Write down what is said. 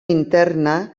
interna